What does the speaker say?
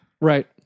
Right